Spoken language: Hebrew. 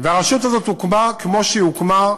והרשות הזאת הוקמה כמו שהיא הוקמה,